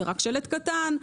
זה רק שלט קטן,